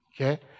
Okay